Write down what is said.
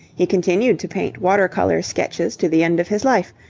he continued to paint water-colour sketches to the end of his life,